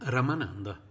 Ramananda